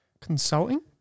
consulting